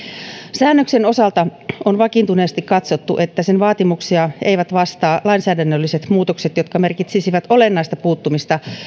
säännöksen osalta on vakiintuneesti katsottu että sen vaatimuksia eivät vastaa lainsäädännölliset muutokset jotka merkitsisivät olennaista puuttumista